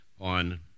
on